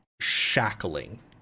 Shackling